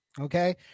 Okay